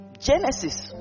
genesis